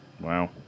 Wow